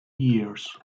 years